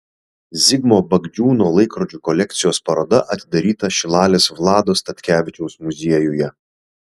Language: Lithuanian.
zigmo bagdžiūno laikrodžių kolekcijos paroda atidaryta šilalės vlado statkevičiaus muziejuje